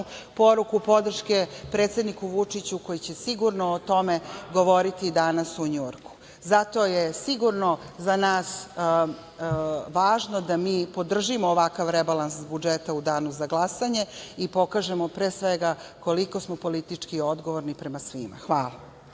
poruku podrške predsedniku Vučiću koji će sigurno o tome govoriti danas u Njujorku. Zato je sigurno za nas važno da mi podržimo ovakav rebalans budžeta u danu za glasanje i pokažemo, pre svega, koliko smo politički odgovorni prema svima. Hvala.